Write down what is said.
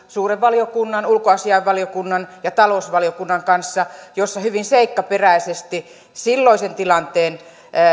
suuren valiokunnan ulkoasiainvaliokunnan ja talousvaliokunnan kanssa yhteinen kuulemistilaisuus jossa hyvin seikkaperäisesti silloisen tilanteen